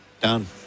Done